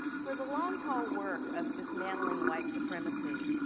for the long-haul work of dismantling white supremacy,